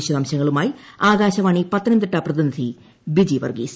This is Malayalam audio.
വിശദാംശങ്ങളുമായി ആകാാ്ശ്വാണ്ി പത്തനംതിട്ട പ്രതിനിധി ബിജി വർഗ്ഗീസ്